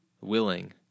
willing